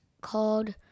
called